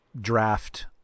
draft